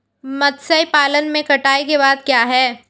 मत्स्य पालन में कटाई के बाद क्या है?